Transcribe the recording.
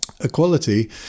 Equality